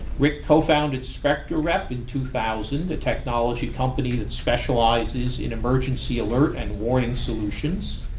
rick cofounded spectrarep in two thousand, a technology company that specializes in emergency alert and warning solutions.